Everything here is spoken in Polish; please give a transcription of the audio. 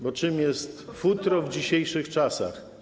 Bo czym jest futro w dzisiejszych czasach?